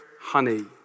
honey